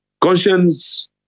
Conscience